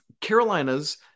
carolina's